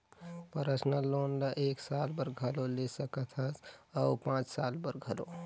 personal loan ल एक साल बर घलो ले सकत हस अउ पाँच साल बर घलो